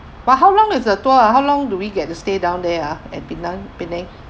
but how long is the tour ah how long do we get to stay down there ah at penang penang